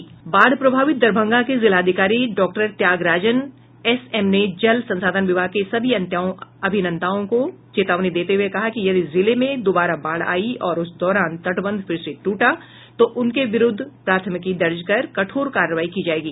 बाढ़ प्रभावित दरभंगा के जिला अधिकारी डॉ त्यागराजन एस एम ने जल संसाधन विभाग के सभी अभियन्ताओं को चेतावनी देते हुये कहा कि यदि जिले में द्बारा बाढ़ आई और उस दौरान तटबंध फिर से टूटा तो उनके विरुद्ध प्राथमिकी दर्ज कर कठोर कार्रवाई की जाएगी